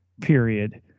period